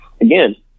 Again